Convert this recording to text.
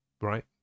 right